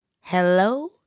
hello